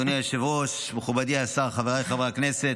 אדוני היושב-ראש, מכובדי השר, חבריי חברי הכנסת,